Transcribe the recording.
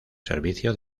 servicio